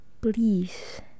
please